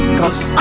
cause